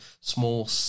small